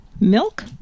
milk